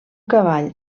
cavall